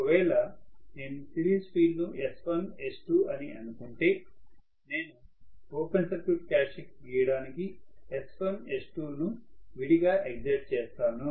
ఒకవేళ నేను సిరీస్ ఫీల్డ్ను S1S2 అని అనుకుంటే నేను ఓపెన్ సర్క్యూట్ క్యారెక్టర్స్టిక్స్ గీయడానికి S1S2 ని విడిగా ఎక్సైట్ చేస్తాను